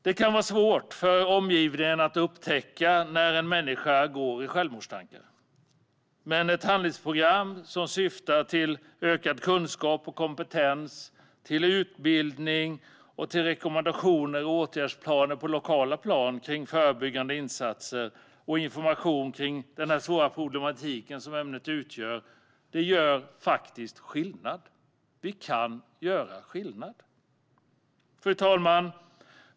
Det kan vara svårt för omgivningen att upptäcka när en människa går i självmordstankar, men ett handlingsprogram som syftar till kunskap och kompetens, till utbildning, rekommendationer och åtgärdsplaner på det lokala planet med förebyggande insatser och information kring den svåra problematik som ämnet utgör gör faktiskt skillnad. Vi kan göra skillnad! Fru talman!